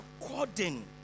according